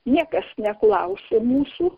niekas neklausė mūsų